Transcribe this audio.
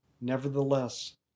Nevertheless